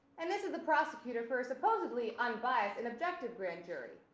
and this is the prosecutor for a supposedly unbiased and objective grand jury.